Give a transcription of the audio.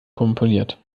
komponiert